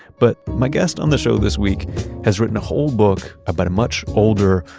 but my guest on the show this week has written a whole book about a much older,